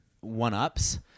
one-ups